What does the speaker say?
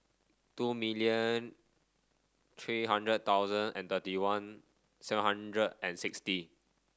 two million three hundred thousand and thirty one seven hundred and sixty